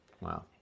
Wow